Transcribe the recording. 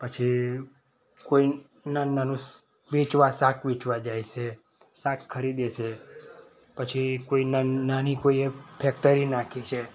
પછી કોઈ નાનું નાનું વેચવા શાક વેચવા જાય છે શાક ખરીદે છે પછી કોઈ ન નાની કોઈ એ ફેક્ટરી નાખી છે